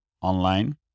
online